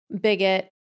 bigot